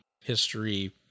history